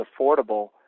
affordable